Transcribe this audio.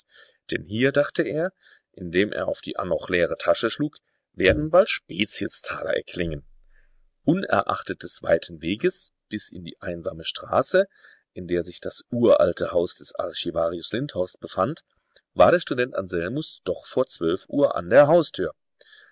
denn hier dachte er indem er auf die annoch leere tasche schlug werden bald speziestaler erklingen unerachtet des weiten weges bis in die einsame straße in der sich das uralte haus des archivarius lindhorst befand war der student anselmus doch vor zwölf uhr an der haustür